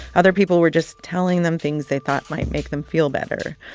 other people were just telling them things they thought might make them feel better.